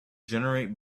generate